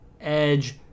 Edge